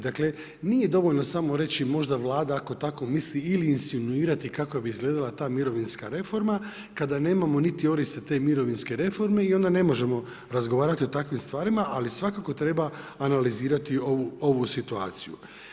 Dakle nije dovoljno samo reći možda Vlada ako tako misli ili insinuirati kako bi izgledala ta mirovinska reforma kada nemamo niti orisa te mirovinske reforme i onda ne možemo razgovarati o takvim stvarima, ali svakako treba analizirati ovu situaciju.